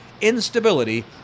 Instability